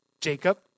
Jacob